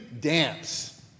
dance